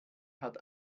hat